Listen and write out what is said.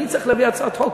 אני צריך להביא הצעת חוק?